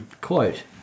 quote